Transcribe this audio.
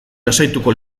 lasaituko